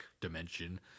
dimension